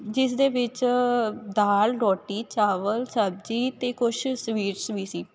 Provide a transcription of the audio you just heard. ਜਿਸਦੇ ਵਿੱਚ ਦਾਲ ਰੋਟੀ ਚਾਵਲ ਸਬਜ਼ੀ ਅਤੇ ਕੁਝ ਸਵੀਟਸ ਵੀ ਸੀ